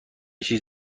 چیز